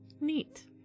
neat